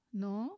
no